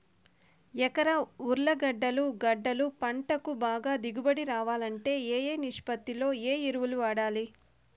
ఎకరా ఉర్లగడ్డలు గడ్డలు పంటకు బాగా దిగుబడి రావాలంటే ఏ ఏ నిష్పత్తిలో ఏ ఎరువులు వాడాలి?